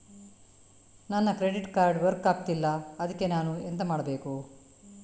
ನನ್ನ credit card work ಆಗ್ತಿಲ್ಲ ಅದ್ಕೆ ನಾನು ಎಂತ ಮಾಡಬೇಕು?